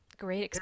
great